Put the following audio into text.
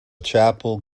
chapel